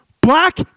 black